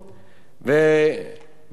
בנוסף,